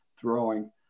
throwing